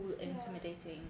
intimidating